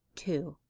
two.